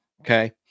Okay